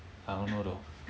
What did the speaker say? I don't know though